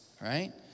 right